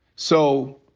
so,